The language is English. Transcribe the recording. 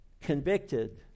convicted